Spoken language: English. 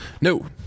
No